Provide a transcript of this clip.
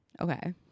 Okay